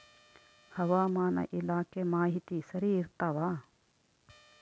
ಹವಾಮಾನ ಇಲಾಖೆ ಮಾಹಿತಿ ಸರಿ ಇರ್ತವ?